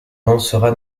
lancera